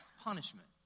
punishment